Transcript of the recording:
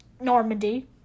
Normandy